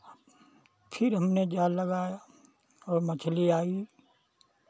फ़िर हमने जाल लगाया और मछली आयी